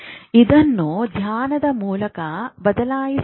ಇದನ್ನು ಧ್ಯಾನಗಳ ಮೂಲಕ ಬದಲಾಯಿಸಬಹುದು